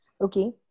Okay